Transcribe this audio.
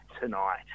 tonight